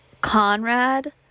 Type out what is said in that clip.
Conrad